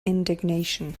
indignation